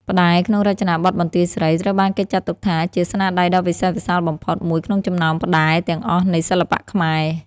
ផ្តែរក្នុងរចនាបថបន្ទាយស្រី ត្រូវបានគេចាត់ទុកថាជា ស្នាដៃដ៏វិសេសវិសាលបំផុត មួយក្នុងចំណោមផ្តែរទាំងអស់នៃសិល្បៈខ្មែរ។